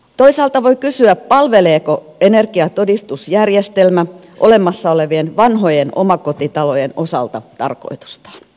toisaalta voi kysyä palveleeko energiatodistusjärjestelmä olemassa olevien vanhojen omakotitalojen osalta tarkoitustaan